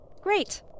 Great